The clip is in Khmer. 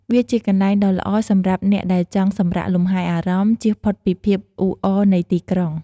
វាជាកន្លែងដ៏ល្អសម្រាប់អ្នកដែលចង់សម្រាកលំហែអារម្មណ៍ ជៀសផុតពីភាពអ៊ូអរនៃទីក្រុង។